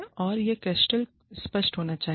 और यह क्रिस्टल स्पष्ट होना चाहिए